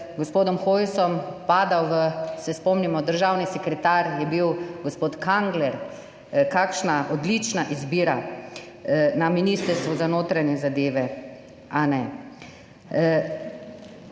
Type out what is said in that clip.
gospodom Hojsom padal v – se spomnimo, državni sekretar je bil gospod Kangler. Kakšna odlična izbira na Ministrstvu za notranje zadeve, ali ne?